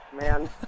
man